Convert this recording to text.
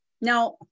Now